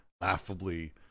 laughably